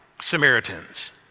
Samaritans